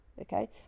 okay